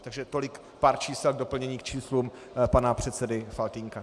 Takže tolik pár čísel k doplnění k číslům pana předsedy Faltýnka.